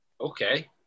okay